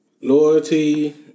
Loyalty